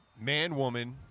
man-woman